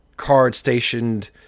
card-stationed